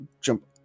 jump